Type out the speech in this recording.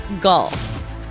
golf